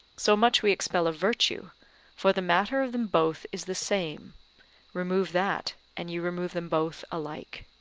so much we expel of virtue for the matter of them both is the same remove that, and ye remove them both alike.